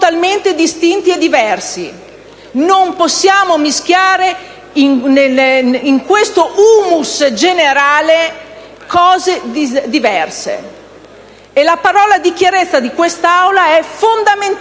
Non possiamo mischiare in questo *humus* generale aspetti diversi. E la parola di chiarezza di quest'Aula è fondamentale: